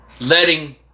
letting